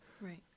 Right